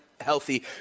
Healthy